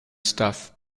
stuff